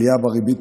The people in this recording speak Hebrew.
העלייה בריבית